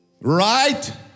Right